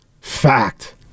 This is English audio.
fact